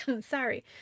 Sorry